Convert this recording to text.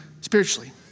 spiritually